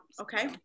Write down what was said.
okay